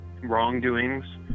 Wrongdoings